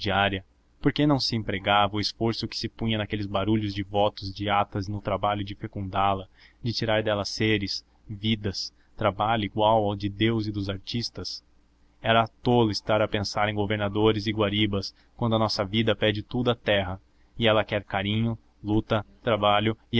diária por que não se empregava o esforço que se punha naqueles barulhos de votos de atas no trabalho de fecundá la de tirar dela seres vidas trabalho igual ao de deus e dos artistas era tolo estar a pensar em governadores e guaribas quando a nossa vida pede tudo à terra e ela quer carinho luta trabalho